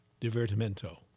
Divertimento